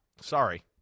Sorry